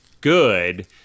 good